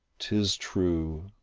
tis true.